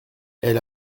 elle